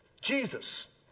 Jesus